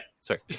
sorry